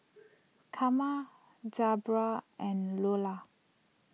Karma Debbra and Lolla